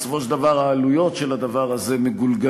בסופו של דבר העלויות של הדבר הזה מגולגלות